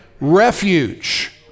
refuge